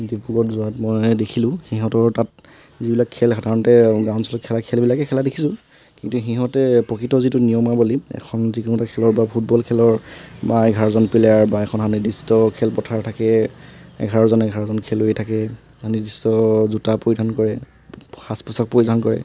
ডিব্ৰুগড়ত যোৱাত মই দেখিলোঁ সিহঁতৰ তাত যিবিলাক খেল সাধাৰনতে গাঁও অঞ্চলত খেলা খেলবিলাকে খেলা দেখিছোঁ কিন্তু সিহঁতে প্ৰকৃত যিটো নিৱমাৱলী এখন যিকোনো এটা খেলৰ বা ফুটবল খেলৰ বা এঘাৰজন প্লেয়াৰ বা এখন নিৰ্দিষ্ট খেলপথাৰ থাকে এঘাৰজন এঘাৰজন খেলুৱৈ থাকে বা নিৰ্দিষ্ট জোতা পৰিধান কৰে সাজ পোছাক পৰিধান কৰে